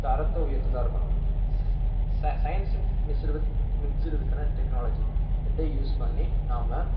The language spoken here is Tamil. தரத்தை உயர்த்துகிறதா இருக்கணும் ச ச science mixed with mixed with and technology ரெண்டையும் யூஸ் பண்ணி நாம்